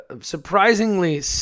Surprisingly